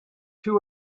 two